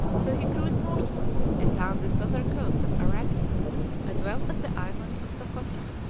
so he cruised northwards and found the southern coasts of arabia as well as the island of socotra.